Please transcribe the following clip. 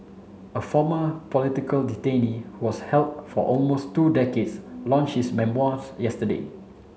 a former political detainee who was held for almost two decades launch his memoirs yesterday